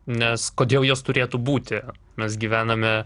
nes kodėl jos turėtų būti mes gyvename